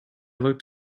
looked